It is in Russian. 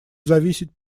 зависеть